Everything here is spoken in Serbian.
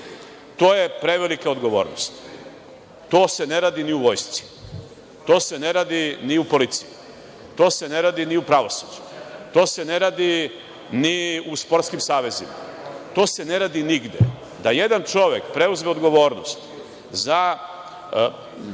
To je prevelika odgovornost, to se ne radi ni u vojsci, to se ne radi ni u policiji, to se ne radi ni u pravosuđu, to se ne radi ni u sportskim savezima, ne radi se nigde, da jedan čovek preuzme odgovornost za